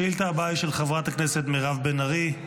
השאילתה הבאה היא של חברת הכנסת מירב בן ארי,